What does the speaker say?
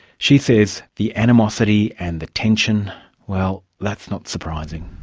she says the animosity and the tension well, that's not surprising.